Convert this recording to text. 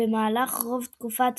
ובמהלך רוב תקופת